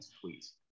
please